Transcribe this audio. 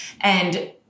And-